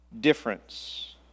difference